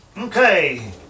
Okay